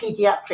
pediatric